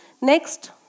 Next